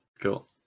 cool